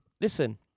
listen